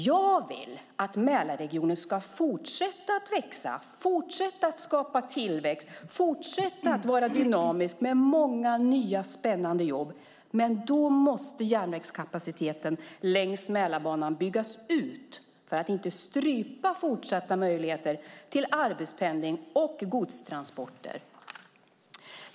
Jag vill att Mälarregionen ska fortsätta att växa, fortsätta att skapa tillväxt och fortsätta att vara dynamisk med många nya spännande jobb, men då måste järnvägskapaciteten längs Mälarbanan byggas ut så att inte fortsatta möjligheter till arbetspendling och godstransporter stryps.